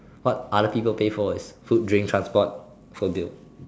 what other people pays for is food drink transport phone bill